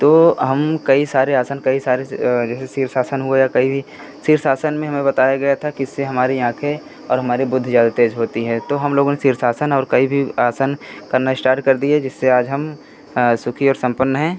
तो हम कई सारे आसन कई सारे जैसे शीर्षासन हो या कहीं भी शीर्षासन में हमें बताया गया था कि इससे हमारी आँखें और हमारी बुद्धि ज़्यादा तेज होती है तो हम लोगों ने शीर्षासन और कई भी आसन करना स्टार्ट कर दिए जिससे आज हम सुखी और सम्पन्न हैं